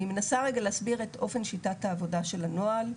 אני מנסה רגע להסביר את אופן שיטת העבודה של הנוהל,